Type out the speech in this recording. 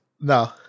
No